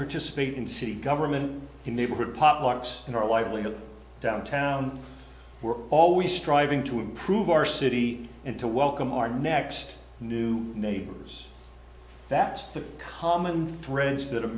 participate in city government the neighborhood potlucks and our livelihood downtown we're always striving to improve our city and to welcome our next new neighbors that's the common threads that